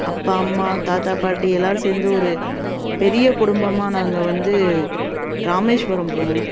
அப்பா அம்மா தாத்தா பாட்டி எல்லாேரும் சேர்ந்து ஒரு பெரிய குடும்பமாக நாங்கள் வந்து ராமேஷ்வரம் போனோம்